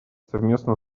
совместно